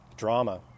drama